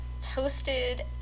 toasted